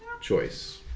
choice